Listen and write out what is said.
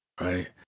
right